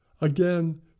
again